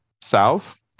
south